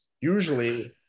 Usually